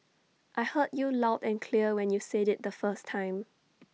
I heard you loud and clear when you said IT the first time